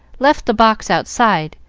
left the box outside.